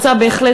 רוצה בהחלט